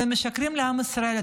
אתם משקרים לעם ישראל,